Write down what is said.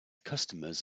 customers